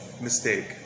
mistake